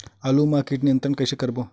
आलू मा कीट नियंत्रण कइसे करबो?